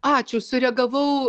ačiū sureagavau